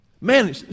Man